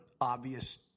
obvious